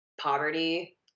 poverty